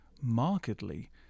markedly